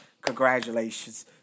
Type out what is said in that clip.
Congratulations